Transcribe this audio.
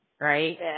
right